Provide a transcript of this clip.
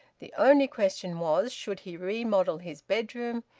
the only question was, should he remodel his bedroom,